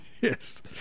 Yes